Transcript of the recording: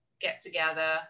get-together